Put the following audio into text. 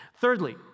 Thirdly